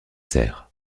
serres